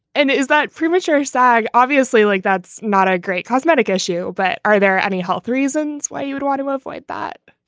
and is that premature or. obviously, like that's not a great cosmetic issue, but are there any health reasons why you would want to avoid that?